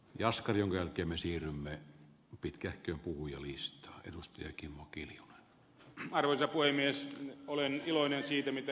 jaskari on kemisti rumme pitkähkö puhujalistaa edustaja ken maginnin naruilta poimiessa olen iloinen siitä mitä ed